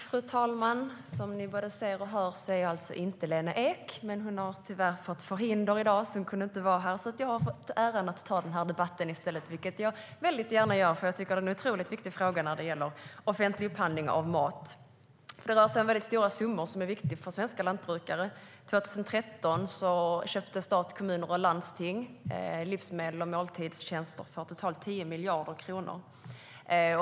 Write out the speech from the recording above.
Fru talman! Som ni både ser och hör är jag inte Lena Ek. Hon har tyvärr fått förhinder, och jag har därför fått äran att i stället delta i debatten. Det gör jag gärna eftersom frågan om offentlig upphandling av mat är oerhört viktig. Det rör sig om stora summor för svenska lantbrukare. År 2013 köpte stat, kommuner och landsting livsmedel och måltidstjänster för totalt 10 miljarder kronor.